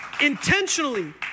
intentionally